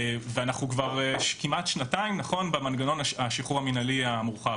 ואנחנו כבר כמעט שנתיים במנגנון השחרור המינהלי המורחב,